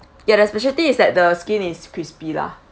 ya the specialty is that the skin is crispy lah